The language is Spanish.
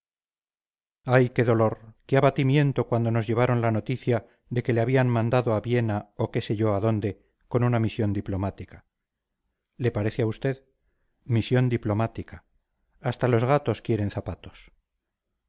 ay qué dolor qué abatimiento cuando nos llevaron la noticia de que le habían mandado a viena o qué sé yo a dónde con una misión diplomática le parece a usted misión diplomática hasta los gatos quieren zapatos